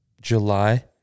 July